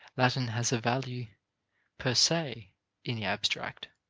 latin has a value per se in the abstract,